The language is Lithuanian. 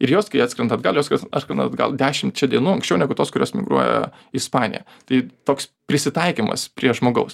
ir jos kai atskrenda atgal jos atskrenda atgal dešimčia dienų anksčiau negu tos kurios migruoja į ispaniją tai toks prisitaikymas prie žmogaus